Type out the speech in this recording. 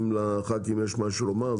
אם לח"כים יש משהו לומר,